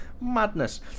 Madness